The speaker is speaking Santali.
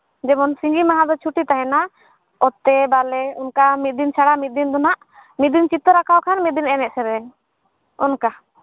ᱡᱮᱢᱚᱱ ᱥᱤᱸᱜᱤ ᱢᱟᱦᱟ ᱫᱚ ᱪᱷᱩᱴᱤ ᱛᱟᱦᱮᱱᱟ ᱚᱛᱮ ᱵᱟᱞᱮ ᱚᱱᱠᱟ ᱢᱤᱫ ᱫᱤᱱ ᱪᱷᱟᱲᱟ ᱢᱤᱫ ᱫᱤᱱ ᱫᱚ ᱦᱟᱸᱜ ᱢᱤᱫ ᱫᱤᱱ ᱪᱤᱛᱟᱹᱨ ᱟᱸᱠᱟᱣ ᱠᱷᱟᱱ ᱢᱤᱫ ᱫᱤᱱ ᱮᱱᱮᱡ ᱥᱮᱨᱮᱧ ᱚᱱᱠᱟ